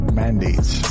mandates